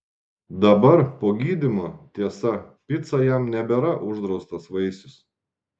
dabar po gydymo tiesa pica jam nebėra uždraustas vaisius